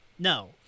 No